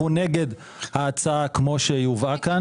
אנחנו נגד ההצעה כמו שהיא הובאה כאן.